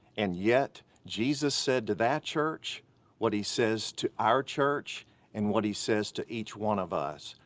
and yet jesus said to that church what he says to our church and what he says to each one of us,